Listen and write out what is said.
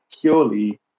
purely